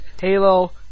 Halo